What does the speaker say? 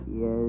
Yes